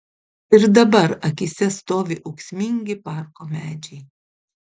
ir dabar akyse stovi ūksmingi parko medžiai